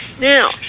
Now